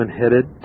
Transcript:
headed